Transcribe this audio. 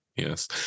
Yes